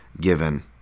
given